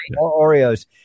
oreos